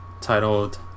titled